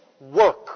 work